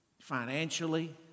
financially